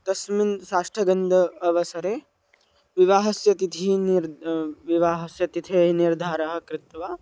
तस्मिन् साष्टगन्धः अवसरे विवाहस्य तिथिः निर् विवाहस्य तिथेः निर्धारं कृत्वा